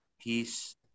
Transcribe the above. peace